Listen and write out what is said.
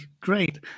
great